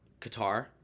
Qatar